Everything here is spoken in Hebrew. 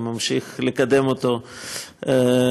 שממשיך לקדם אותו בנחישות,